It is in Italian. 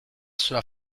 sulla